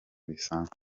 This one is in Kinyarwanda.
bisanzwe